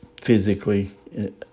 physically